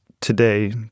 today